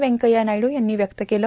व्यंकय्या नायडू यांनी व्यक्त केलं